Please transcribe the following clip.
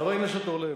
חבר הכנסת אורלב,